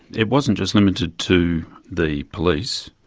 it wasn't just limited to the police,